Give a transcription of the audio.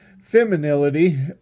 femininity